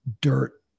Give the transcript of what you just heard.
dirt